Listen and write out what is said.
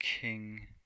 King